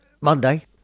Monday